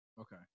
Okay